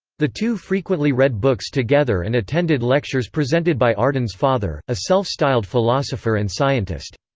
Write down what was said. the two frequently read books together and attended lectures presented by arden's father, a self-styled philosopher and scientist.